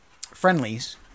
friendlies